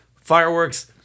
fireworks